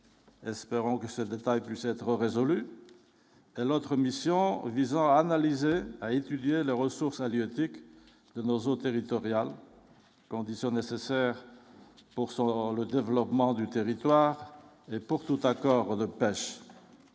espérons que ce détail puisse être résolu notre mission visant à analyser, à étudier les ressources halieutiques de nos eaux territoriales, condition nécessaire pour 100 dans le développement du territoire et pour tout accord de pêche